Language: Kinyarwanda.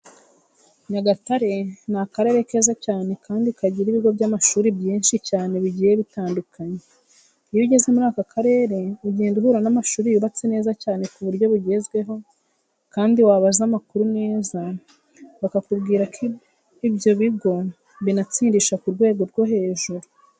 Nyagatare ni akarere keza cyane kandi kagira ibigo by'amashuri byinshi cyane bigiye bitandukanye. Iyo ugeze muri aka karere ugenda uhura n'amashuri yubatse neza cyane ku buryo bugezweho kandi wabaza amakuru neza bakakubwira ko ibyo bigo binatsindisha ku rwego rwo hejuru.